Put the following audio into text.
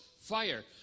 fire